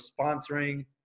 sponsoring